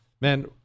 man